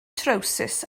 trowsus